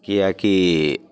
कियाकि